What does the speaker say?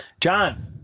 John